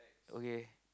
okay